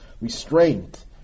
restraint